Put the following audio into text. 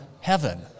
heaven